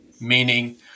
meaning